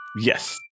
Yes